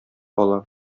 ала